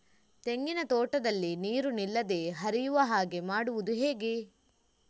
ತೆಂಗಿನ ತೋಟದಲ್ಲಿ ನೀರು ನಿಲ್ಲದೆ ಹರಿಯುವ ಹಾಗೆ ಮಾಡುವುದು ಹೇಗೆ?